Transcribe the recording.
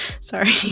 Sorry